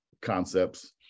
concepts